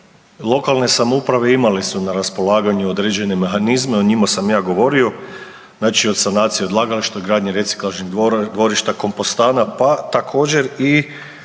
Lokalne samouprave imale su na raspolaganju određene mehanizme, o njima sam ja govorio. Znači od sanacije odlagališta, gradnje reciklažnih dvorišta, kompostana, pa tako i